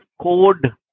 code